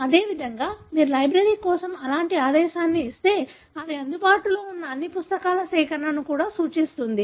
అదేవిధంగా మీరు లైబ్రరీ కోసం అలాంటి ఆదేశాన్ని ఇస్తే అది అందుబాటులో ఉన్న అన్ని పుస్తకాల సేకరణను కూడా సూచిస్తుంది